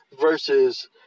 versus